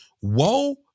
Woe